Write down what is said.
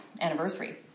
anniversary